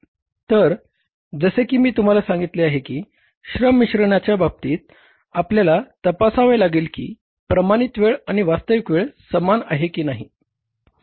तर जसे की मी तुम्हाला सांगितले आहे की श्रम मिश्रणाच्या बाबतीत आपल्याला तपासावे लागेल की प्रमाणित वेळ आणि वास्तविक वेळ समान आहे की नाही